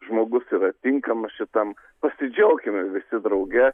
žmogus yra tinkamas šitam pasidžiaukime visi drauge